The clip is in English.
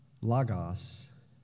Lagos